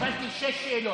קיבלתי שש שאלות.